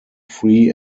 free